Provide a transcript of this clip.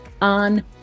on